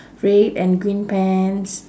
red and green pants